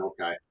Okay